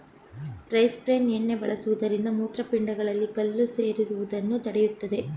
rice bran ಎಣ್ಣೆ ಬಳಸುವುದರಿಂದ ಮೂತ್ರಪಿಂಡಗಳಲ್ಲಿ ಕಲ್ಲು ಸೇರುವುದನ್ನು ತಡೆಯುತ್ತದೆ